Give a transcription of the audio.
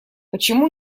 почему